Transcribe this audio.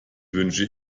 wünsche